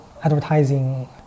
advertising